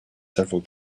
several